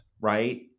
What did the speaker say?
right